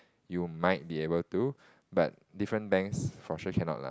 you might be able to but different banks for sure cannot lah